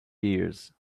dears